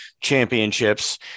championships